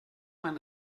man